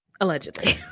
Allegedly